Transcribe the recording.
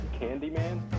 Candyman